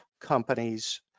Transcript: companies